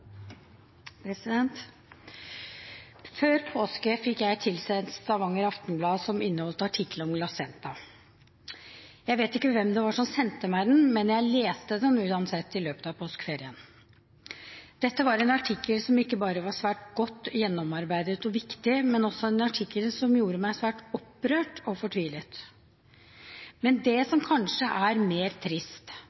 tide. Før påske fikk jeg tilsendt Stavanger Aftenblad, som inneholdt artikkelen om «glassjenta». Jeg vet ikke hvem det var som sendte meg den, men jeg leste den uansett i løpet av påskeferien. Dette var en artikkel som ikke bare var svært godt gjennomarbeidet og viktig, men også en artikkel som gjorde meg svært opprørt og fortvilet. Men det